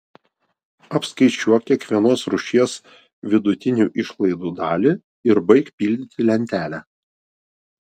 apskaičiuok kiekvienos rūšies vidutinių išlaidų dalį ir baik pildyti lentelę